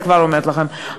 אני כבר אומרת לכם.